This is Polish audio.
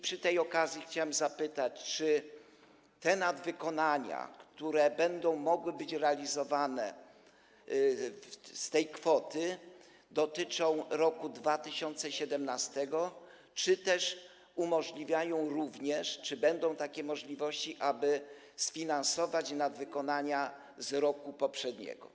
Przy tej okazji chciałem zapytać: Czy te nadwykonania, które będą mogły być realizowane z tej kwoty, dotyczą roku 2017, czy umożliwiają również - czy będą takie możliwości - sfinansowanie nadwykonań z roku poprzedniego?